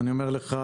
אני אומר לך,